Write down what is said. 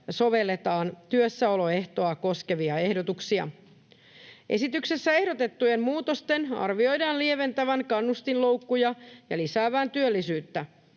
sovelletaan työssäoloehtoa koskevia ehdotuksia. Esityksessä ehdotettujen muutosten arvioidaan lieventävän kannustinloukkuja ja lisäävän työllisyyttä.